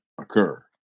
occur